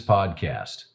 Podcast